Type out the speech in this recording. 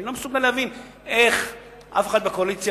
אני לא מסוגל להבין איך אף אחד בקואליציה